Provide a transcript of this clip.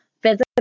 Physical